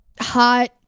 hot